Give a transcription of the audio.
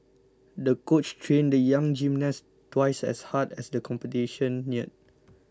the coach trained the young gymnast twice as hard as the competition neared